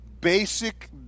basic